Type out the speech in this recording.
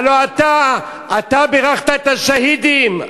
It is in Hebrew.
הלוא אתה, אתה בירכת את השהידים.